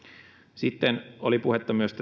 sitten oli puhetta myös